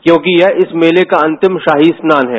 क्योंकि यह मेले का अंतिम शाही स्नान है